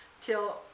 till